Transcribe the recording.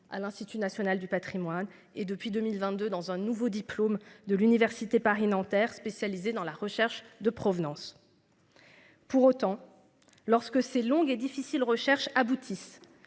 à l'Institut national du Patrimoine et depuis 2022 dans un nouveau diplôme de l'université Paris Nanterre spécialisé dans la recherche de provenance. Pour autant, lorsque ces longues et difficiles recherches aboutissent